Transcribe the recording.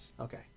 Okay